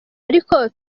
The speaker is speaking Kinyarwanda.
ariko